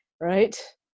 right